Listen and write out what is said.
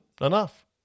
enough